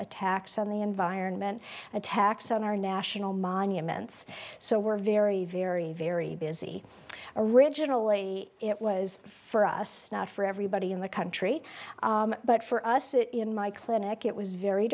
attacks on the environment attacks on our national monuments so we're very very very busy originally it was for us not for everybody in the country but for us it in my clinic it was very